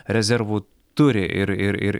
rezervų turi ir ir ir